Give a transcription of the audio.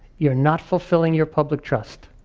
you're not fulfilling your public trust.